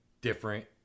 different